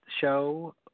show